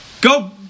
go